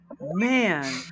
Man